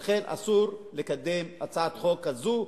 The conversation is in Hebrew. ולכן אסור לקדם הצעת חוק כזאת,